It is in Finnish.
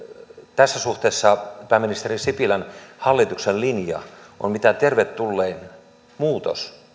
tässä suhteessa pääministeri sipilän hallituksen linja on mitä tervetullein muutos